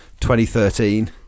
2013